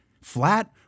flat